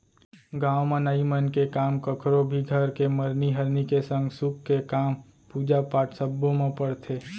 गाँव म नाई मन के काम कखरो भी घर के मरनी हरनी के संग सुख के काम, पूजा पाठ सब्बो म परथे